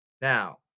Now